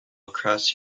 across